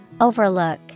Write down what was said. Overlook